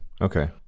okay